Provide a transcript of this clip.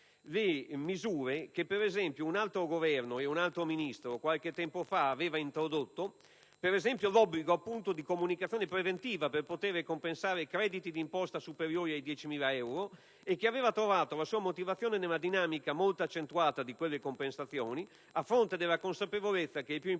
le misure che un altro Governo e un altro Ministro, qualche tempo fa, avevano introdotto, ad esempio l'obbligo di comunicazione preventiva per poter compensare crediti di imposta superiori ai 10.000 euro, misura che aveva trovato la sua motivazione nella dinamica molto accentuata di quelle compensazioni, a fronte della consapevolezza che i più importanti